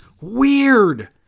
weird